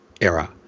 era